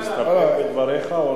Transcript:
להסתפק בדבריך או,